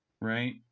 right